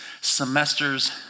semesters